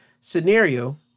scenario